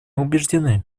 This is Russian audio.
убеждены